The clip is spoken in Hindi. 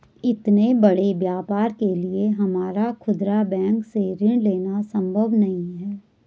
इतने बड़े व्यापार के लिए हमारा खुदरा बैंक से ऋण लेना सम्भव नहीं है